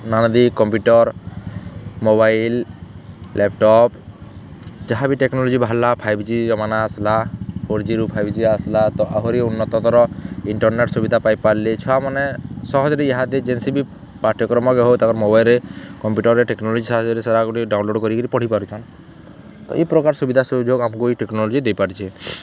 ନାନାଦି computer mobile laptop ଯାହା ବିି ଟେକ୍ନୋଲୋଜି ବାହାର୍ଲା ଫାଇଭ୍ ଜି ମାନ୍ ଆସ୍ଲା ଫୋର୍ ଜି ରୁ ଫାଇଭ୍ ଜି ଆସ୍ଲା ତ ଆହୁରି ଉନ୍ନତ୍ତତର ଇଣ୍ଟର୍ନେଟ୍ ସୁବିଧା ପାଇପାର୍ଲେ ଛୁଆମାନେ ସହଜରେ ଇହାଦେ ଯେନ୍ସି ବି ପାଠ୍ୟକ୍ରମକେ ହେଉ ତାଙ୍କର୍ ମୋବାଇଲ୍ରେ କମ୍ପ୍ୟୁଟର୍ରେ ଟେକ୍ନୋଲୋଜି ସାହାଯ୍ୟରେ ଟିକେ ଡାଉନ୍ଲୋଡ଼ କରିକି ପଢ଼ି ପାରୁଛନ୍ ତ ଇ ପ୍ରକାର୍ ସୁବିଧା ସୁଯୋଗ୍ ଆମ୍କୁ ଇ ଟେକ୍ନୋଲୋଜି ଦେଇପାରୁଛେ